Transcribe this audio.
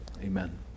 Amen